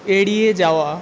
এড়িয়ে যাওয়া